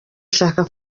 ashaka